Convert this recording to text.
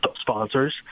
sponsors